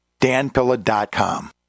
danpilla.com